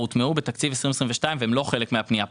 הוטמעו בתקציב 2022 והם לא חלק מהפנייה כאן.